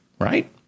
right